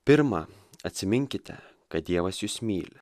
pirma atsiminkite kad dievas jus myli